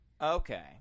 Okay